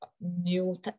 new